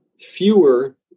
fewer